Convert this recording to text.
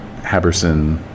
Haberson